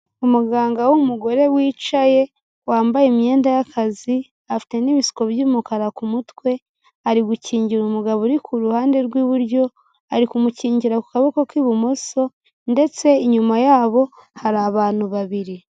Umuganga w'umugore wicaye wambaye imyenda y'akazi afite n'ibisuko by'umukara ku mutwe, ari gukingira umugabo uri ku ruhande rw'iburyo, ari kumukingira ku kaboko k'ibumoso ndetse inyuma yabo hari abantu babiri.